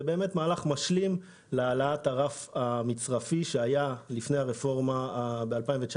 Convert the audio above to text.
זה באמת מהלך משלים להעלאת הרף המצרפי שהיה לפני הרפורמה ב-2019,